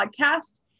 podcast